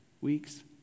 weeks